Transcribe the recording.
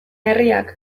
herriak